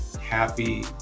happy